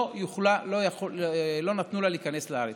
לא נתנו לה להיכנס לארץ.